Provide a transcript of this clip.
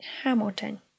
Hamilton